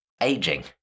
aging